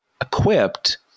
equipped